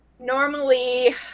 Normally